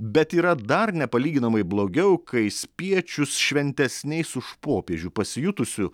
bet yra dar nepalyginamai blogiau kai spiečius šventesniais už popiežių pasijutusių